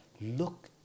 look